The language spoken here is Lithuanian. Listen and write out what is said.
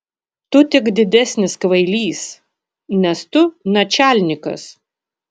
tu tik didesnis kvailys nes tu načialnikas